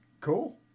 Cool